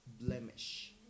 blemish